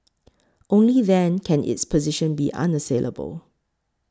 only then can its position be unassailable